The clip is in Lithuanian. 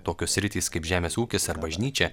tokios sritys kaip žemės ūkis ar bažnyčia